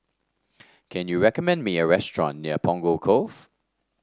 can you recommend me a restaurant near Punggol Cove